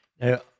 Now